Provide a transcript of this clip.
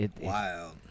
Wild